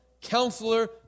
Counselor